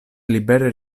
libere